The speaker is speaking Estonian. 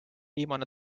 viimane